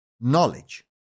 knowledge